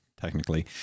technically